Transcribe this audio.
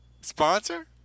sponsor